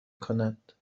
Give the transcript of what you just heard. کند